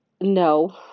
No